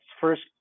first